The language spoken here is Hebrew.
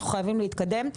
אנחנו חייבים להתקדם.